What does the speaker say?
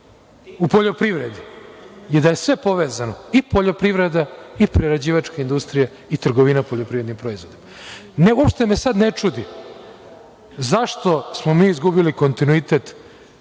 u poljoprivredi je da je sve povezano, i poljoprivreda, i prerađivačka industrija, i trgovina poljoprivrednim proizvodima. Uopšte me sada ne čudi zašto smo mi izgubili kontinuitet